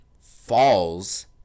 falls –